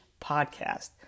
Podcast